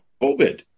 COVID